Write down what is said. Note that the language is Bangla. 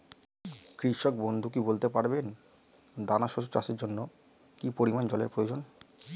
কৃষক বন্ধু কি বলতে পারবেন দানা শস্য চাষের জন্য কি পরিমান জলের প্রয়োজন?